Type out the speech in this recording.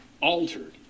altered